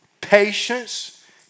patience